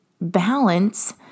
balance